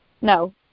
No